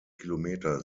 kilometer